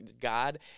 god